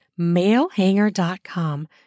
Mailhanger.com